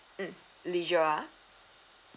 mm leisure ah